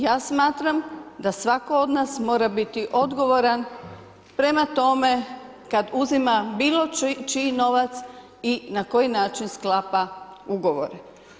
Ja smatram da svatko od nas mora biti odgovoran prema tome kad uzima bilo čiji novac i na koji način sklapa ugovore.